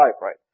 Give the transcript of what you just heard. right